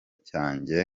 cyanjye